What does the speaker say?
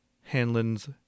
Hanlon's